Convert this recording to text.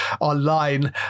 online